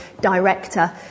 director